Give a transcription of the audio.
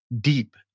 deep